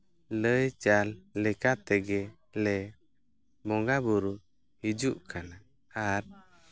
ᱞᱟᱹᱭ ᱪᱟᱞ ᱞᱮᱠᱟᱛᱮᱜᱮ ᱞᱮ ᱵᱚᱸᱜᱟᱼᱵᱳᱨᱳ ᱦᱤᱡᱩᱜ ᱠᱟᱱᱟ ᱟᱨ